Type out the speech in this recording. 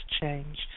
change